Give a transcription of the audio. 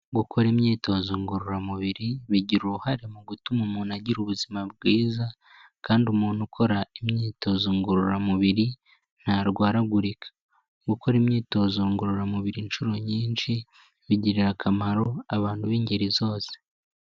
Gukora imyitozo ngororamubiri bigira uruhare mu gutuma umuntu agira ubuzima bwiza kandi umuntu ukora imyitozo ngororamubiri ntarwaragurika. Gukora imyitozo ngororamubiri inshuro nyinshi bigirira akamaro abantu b'ingeri zose.